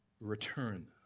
return